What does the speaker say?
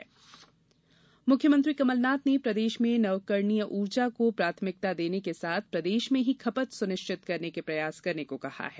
सौर ऊर्जा मुख्यमंत्री कमल नाथ ने प्रदेश में नवकरणीय ऊर्जा को प्राथमिकता देने के साथ प्रदेश में ही खपत सुनिश्चित करने के प्रयास करने को कहा है